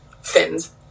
fins